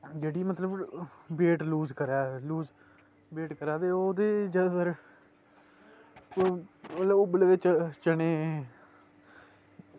जेह्ड़ी मतलव weight lose करै वेट करै ते ओह्दी जादातर ओह् उब्बले दे चने